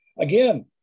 again